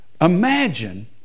imagine